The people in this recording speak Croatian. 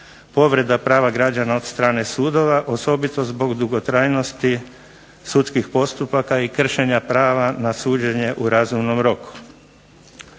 povreda prava građana od strane sudova osobito zbog dugotrajnosti sudskih postupaka i kršenja prava na suđenje u razumnom roku.